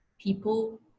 people